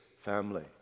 family